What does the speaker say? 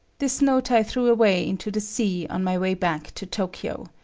this note i threw away into the sea on my way back to tokyo.